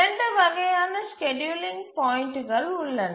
இரண்டு வகையான ஸ்கேட்யூலிங் பாயிண்ட்டுகள் உள்ளன